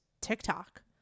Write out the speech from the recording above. tiktok